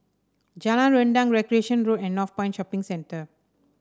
Jalan Rendang Recreation Road and Northpoint Shopping Centre